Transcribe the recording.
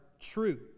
true